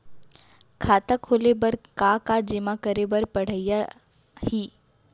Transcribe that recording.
खाता खोले बर का का जेमा करे बर पढ़इया ही?